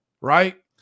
Right